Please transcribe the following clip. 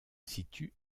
situe